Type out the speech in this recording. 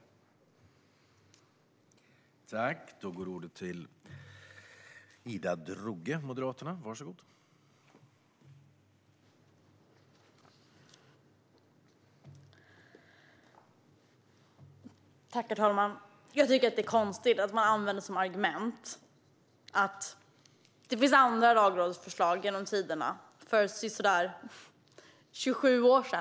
Då Maria Stockhaus, som framställt interpellationen, anmält att hon var förhindrad att närvara vid sammanträdet medgav talmannen att Ida Drougge i stället fick delta i överläggningen.